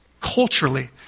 culturally